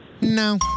No